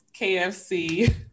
KFC